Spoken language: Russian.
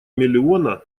миллиона